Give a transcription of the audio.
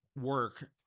work